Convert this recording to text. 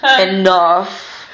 enough